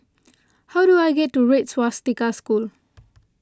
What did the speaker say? how do I get to Red Swastika School